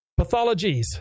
pathologies